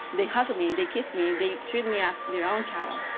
they hug me, they kiss me. they treat me as their own child.